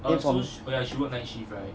不同